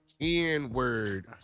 N-word